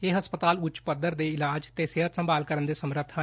ਇਹ ਹਸਪਤਾਲ ਉੱਚ ਪੱਧਰ ਦੇ ਇਲਾਜ ਤੇ ਸਿਹਤ ਸੰਭਾਲ ਕਰਨ ਦੇ ਸਮਰੱਧ ਹਨ